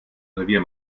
revier